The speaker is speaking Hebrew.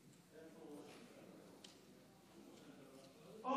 לרשותך 15